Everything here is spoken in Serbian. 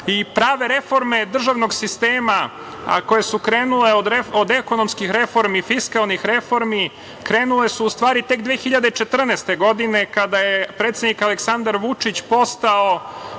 reforme državnog sistema, a koje su krenule od ekonomskih i fiskalnih reformi, krenule su u stvari tek 2014. godine, kada je predsednik Aleksandar Vučić postao